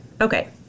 Okay